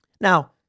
Now